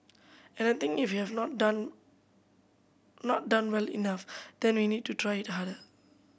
and I think if we have not done not done well enough then we need to try it harder